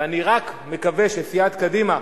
ואני רק מקווה שסיעת קדימה,